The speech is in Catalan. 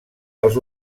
als